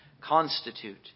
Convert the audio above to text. constitute